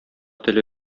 теле